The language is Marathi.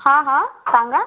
हा हा सांगा